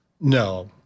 No